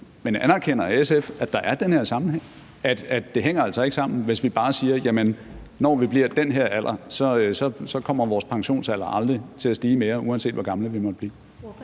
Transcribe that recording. Men anerkender SF, at der er den her sammenhæng, og at det altså ikke hænger sammen, hvis vi bare siger, at for folk på en bestemt alder kommer pensionsalderen aldrig til at stige mere, uanset hvor gamle vi måtte blive?